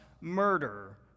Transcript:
murder